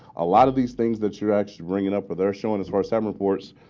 a lot of these things that you're actually bringing up with they're showing us where some reports,